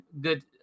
good